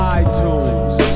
iTunes